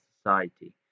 society